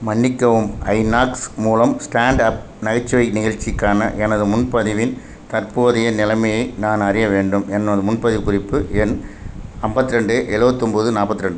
மன்னிக்கவும் ஐநாக்ஸ் மூலம் stand up நகைச்சுவை நிகழ்ச்சிக்கான எனது முன்பதிவின் தற்போதைய நிலைமையை நான் அறிய வேண்டும் என்னோடய முன்பதிவுக் குறிப்பு எண் ஐம்பத்தி ரெண்டு எழுவத்தொம்போது நாற்பத்தி ரெண்டு